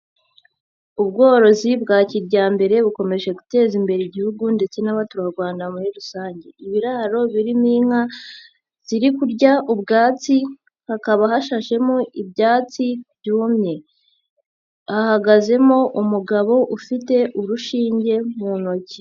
Ubworozi bwa kijyambere bukomeje guteza imbere Igihugu ndetse n'abaturarwanda muri rusange, ibiraro birimo inka ziri kurya ubwatsi hakaba hashashemo ibyatsi byumye, hahagazemo umugabo ufite urushinge mu ntoki.